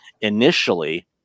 initially